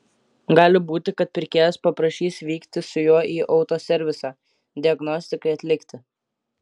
gali būti kad pirkėjas paprašys vykti su juo į autoservisą diagnostikai atlikti